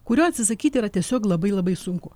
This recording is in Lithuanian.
kurio atsisakyti yra tiesiog labai labai sunku